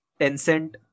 Tencent